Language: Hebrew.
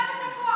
קח את הכוח.